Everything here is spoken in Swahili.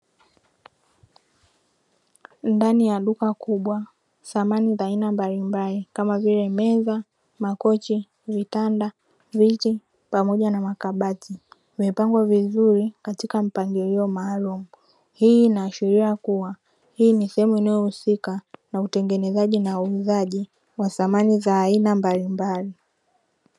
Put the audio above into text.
Ndani ya duka kubwa, samani za aina mbalimbali kama vile, meza, makochi, vitanda, viti pamoja na makabati. Vimepangwa vizuri katika mpangilio maalumu. Hii inaashiria kuwa, hii ni sehemu inayohusika na utengenezaji na uuzaji wa samani za aina mbalimbali.